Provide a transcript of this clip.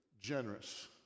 generous